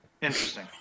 Interesting